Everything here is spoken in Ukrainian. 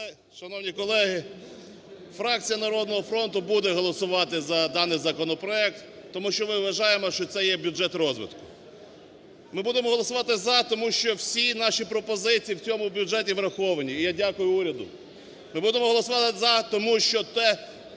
Шановні колеги, фракція "Народного фронту" буде голосувати за даний законопроект, тому що ми вважаємо, що це є бюджет розвитку. Ми будемо голосувати "за", тому що всі наші пропозиції в цьому бюджеті враховані і я дякую уряду. Ми будемо голосувати "за", тому що цей